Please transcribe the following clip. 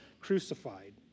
crucified